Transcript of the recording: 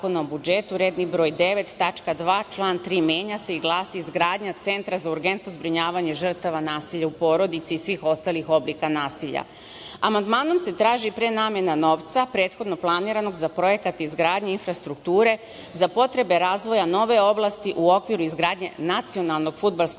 o budžetu redni broj 9. tačka 2 član 3. menja se i glasi – izgradnja Centra za urgentno zbrinjavanje žrtava nasilja u porodici i svih ostalih oblika nasilja. Amandmanom se traži prenamena novca prethodno planiranog za projekat izgradnje i infrastrukture za potrebe razvoja nove oblasti u okviru izgradnje nacionalnog fudbalskog stadiona